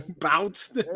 Bounced